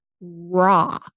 raw